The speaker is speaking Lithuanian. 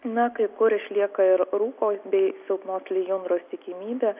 na kai kur išlieka ir rūko bei silpnos lijundros tikimybė